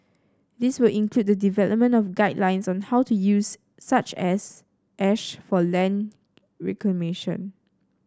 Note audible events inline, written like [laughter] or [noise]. this will include the development of guidelines on how to use such [unintelligible] ash for land reclamation